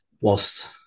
whilst